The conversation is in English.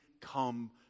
come